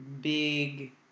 big